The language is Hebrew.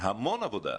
המון עבודה.